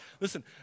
Listen